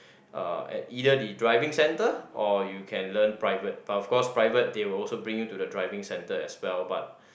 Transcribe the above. uh at either the driving centre or you can learn private but of course private they will also bring you to the driving centre as well but